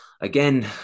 again